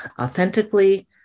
authentically